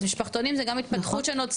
זאת אומרת משפחתונים זה גם התפתחות שנוצרה,